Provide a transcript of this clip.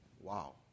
Wow